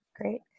Great